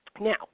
Now